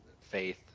Faith